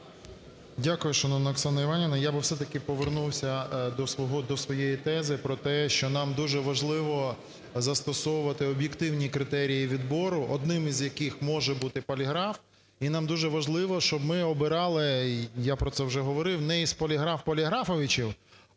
Дякую, шановна Оксана Іванівна. Я би все-таки повернувся до своєї тези про те, що нам дуже важливо застосовувати об'єктивні критерії відбору, одним із яких може бути поліграф. І нам дуже важливо, щоб ми обирали, я про це вже говорив, не із "поліграф поліграфовичів",